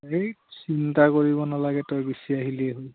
এই চিন্তা কৰিব নালাগে তই গুচি আহিলেই হ'ল